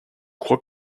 crois